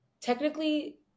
technically